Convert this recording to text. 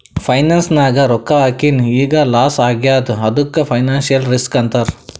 finance ನಾಗ್ ರೊಕ್ಕಾ ಹಾಕಿನ್ ಈಗ್ ಲಾಸ್ ಆಗ್ಯಾದ್ ಅದ್ದುಕ್ ಫೈನಾನ್ಸಿಯಲ್ ರಿಸ್ಕ್ ಅಂತಾರ್